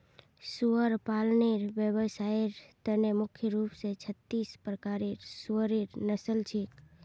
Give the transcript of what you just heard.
सुअर पालनेर व्यवसायर त न मुख्य रूप स छत्तीस प्रकारेर सुअरेर नस्ल छेक